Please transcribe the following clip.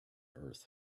earth